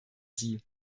sie